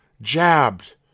jabbed